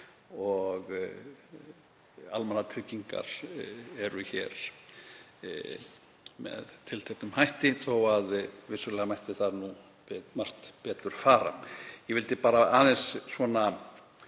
og almannatryggingar eru hér með tilteknum hætti, þó að vissulega mætti þar margt betur fara. Ég vildi aðeins árétta